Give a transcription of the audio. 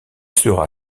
sera